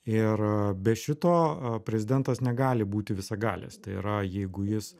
ir be šito prezidentas negali būti visagalis tai yra jeigu jis